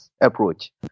approach